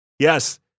Yes